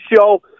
show